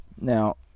now